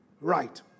Right